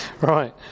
Right